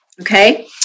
Okay